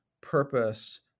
purpose